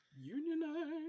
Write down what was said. unionize